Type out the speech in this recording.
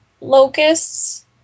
locusts